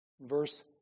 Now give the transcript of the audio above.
Verse